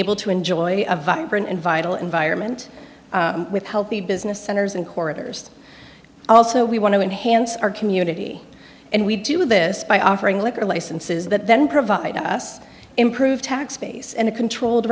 able to enjoy a vibrant and vital environment with healthy business centers and corridors also we want to enhance our community and we do this by offering liquor licenses that then provide us improved tax base and a controlled